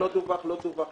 לא דווח, לא דווח,